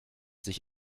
sich